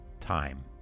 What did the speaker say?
time